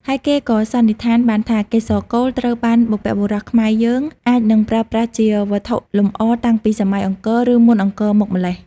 ហើយគេក៏សន្និដ្ឋានបានថា កេសរកូល ត្រូវបានបុព្វបុរសខ្មែរយើង អាចនឹងប្រើប្រាស់ជាវត្ថុលម្អតាំងពីសម័យអង្គរ ឬមុនអង្គរមកម៉្លេះ។